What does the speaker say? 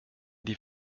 die